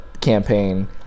campaign